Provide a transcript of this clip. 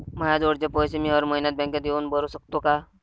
मायाजवळचे पैसे मी हर मइन्यात बँकेत येऊन भरू सकतो का?